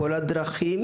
כל הדרכים